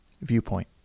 viewpoint